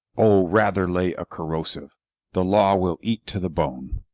o, rather lay a corrosive the law will eat to the bone.